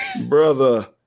brother